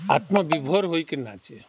ଆତ୍ମବିଭୋର ହୋଇକି ନାଚେ